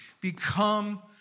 become